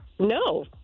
No